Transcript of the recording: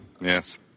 Yes